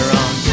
on